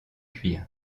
cuir